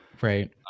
Right